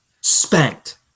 spanked